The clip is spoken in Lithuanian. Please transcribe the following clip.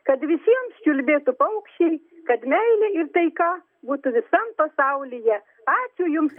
kad visiems čiulbėtų paukščiai kad meilė ir taika būtų visam pasaulyje ačiū jums